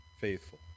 faithful